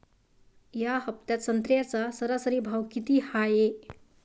या हफ्त्यात संत्र्याचा सरासरी भाव किती हाये?